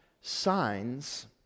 signs